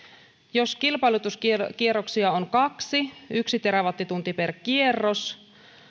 jos kilpailutuskierroksia on kaksi yksi terawattitunti per kierros